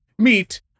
Meet